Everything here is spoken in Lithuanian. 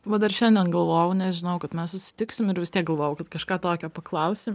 va dar šiandien galvojau nes žinojau kad mes susitiksim ir vis tiek galvojau kad kažką tokio paklausi